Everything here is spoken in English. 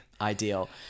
Ideal